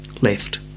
left